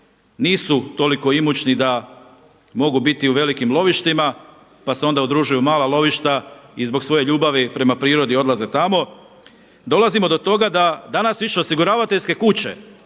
nisu toliko imućni da mogu biti u velikim lovištima pa se onda udružuju u mala lovišta i zbog svoje ljubavi prema prirodi odlaze tamo. Dolazimo do toga da danas više osiguravateljske kuće